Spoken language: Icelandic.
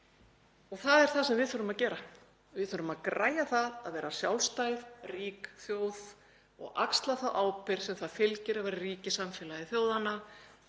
Það er það sem við þurfum að gera. Við þurfum að græja það að vera sjálfstæð, rík þjóð og axla þá ábyrgð sem því fylgir að vera ríki í samfélagi þjóðanna,